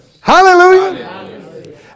Hallelujah